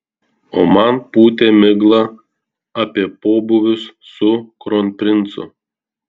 o man pūtė miglą apie pobūvius su kronprincu